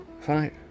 Fine